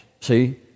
see